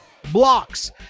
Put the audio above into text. Blocks